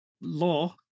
law